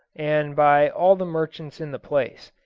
and by all the merchants in the place.